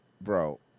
Bro